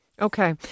Okay